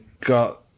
got